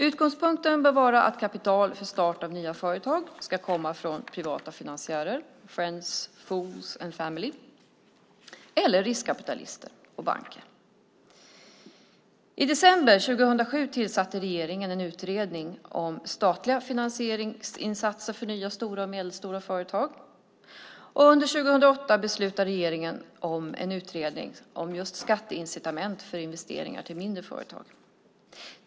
Utgångspunkten bör vara att kapital för start av nya företag ska komma från privata finansiärer - friends, fools and family - eller riskkapitalister och banker. I december 2007 tillsatte regeringen en utredning om statliga finansieringsinsatser för nya stora och medelstora företag. Under 2008 beslutade regeringen om en utredning om just skatteincitament för investeringar till mindre företag.